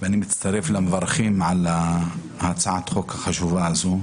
אני מצטרף למברכים על הצעת החוק החשובה הזאת.